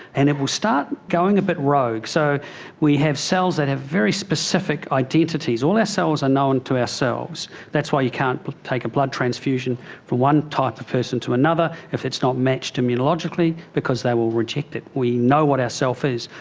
and it will start going a bit rogue. so we have cells that have very specific identities. all our cells are known to ourselves, that's why you can't take a blood transfusion from one type of person to another if it's not matched immunologically, because they will reject it. we know what our self is.